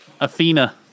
Athena